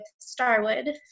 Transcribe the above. Starwood